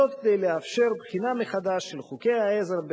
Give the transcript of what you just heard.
זאת כדי לאפשר בחינה מחדש של חוקי העזר,